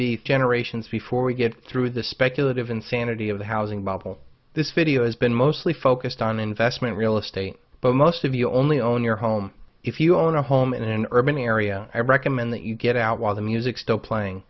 be generations before we get through the speculative insanity of the housing bubble this video has been mostly focused on investment real estate but most of you only own your home if you own a home in an urban area i recommend that you get out while the music still playing